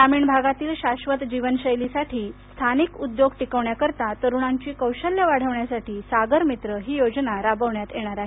ग्रामीण भागातील शाश्वत जीवनशैलीसाठी स्थानिक उद्योग टिकवण्याकरता तरुणांची कौशल्यं वाढवण्यासाठी सागर मित्र ही योजना राबवण्यात येणार आहे